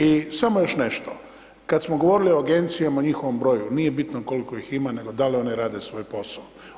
I samo još nešto, kad smo govorili o agencijama i njihovom broju, nije bitno koliko ih ima nego dal one rade svoj posao.